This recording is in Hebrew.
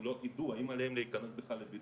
הם לא יידעו האם עליהם להיכנס לבידוד.